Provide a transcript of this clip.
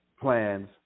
plans